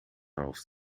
hoofd